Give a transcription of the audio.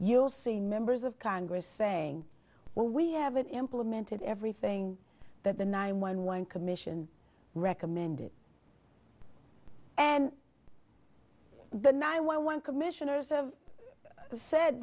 you'll see members of congress saying well we haven't implemented everything that the nine one one commission recommended and the nih one commissioners have said